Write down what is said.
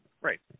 Right